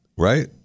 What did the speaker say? Right